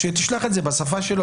אז תשלח את זה בשפה שלו,